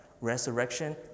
resurrection